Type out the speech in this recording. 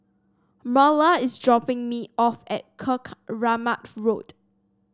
Marla is dropping me off at Keramat Road